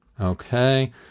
Okay